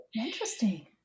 Interesting